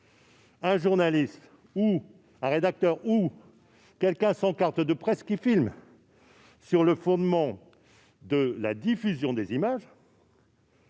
un journaliste, un rédacteur ou une personne sans carte de presse qui filmerait, sur le fondement de la diffusion des images.